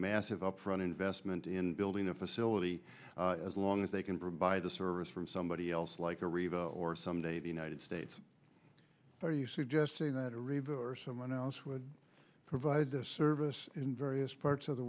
massive upfront investment in building a facility as long as they can provide a service from somebody else like a river or someday the united states are you suggesting that a river or someone else would provide this service in various parts of the